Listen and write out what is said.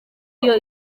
iyo